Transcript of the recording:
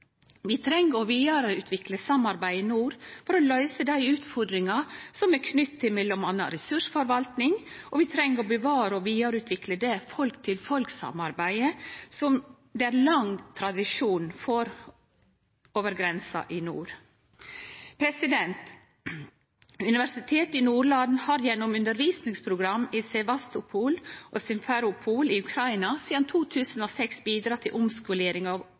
Vi treng å vidareutvikle samarbeidet i nord for å løyse dei utfordringane som er knytte til m.a. ressursforvalting, og vi treng å bevare og vidareutvikle det folk-til-folk-samarbeidet som det er lang tradisjon for over grensa i nord. Universitetet i Nordland har gjennom undervisningsprogram i Sevastopol og Simferopol i Ukraina sidan 2006 bidrege til omskolering av